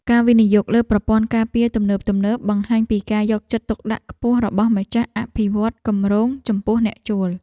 ការវិនិយោគលើប្រព័ន្ធការពារទំនើបៗបង្ហាញពីការយកចិត្តទុកដាក់ខ្ពស់របស់ម្ចាស់អភិវឌ្ឍន៍គម្រោងចំពោះអ្នកជួល។